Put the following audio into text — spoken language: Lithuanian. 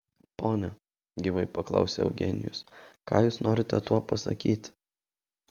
pone gyvai paklausė eugenijus ką jūs norite tuo pasakyti